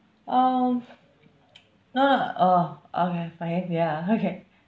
um no no uh okay fine ya okay